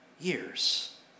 years